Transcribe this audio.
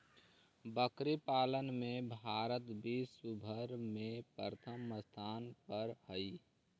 बकरी पालन में भारत विश्व भर में प्रथम स्थान पर हई